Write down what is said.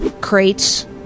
Crates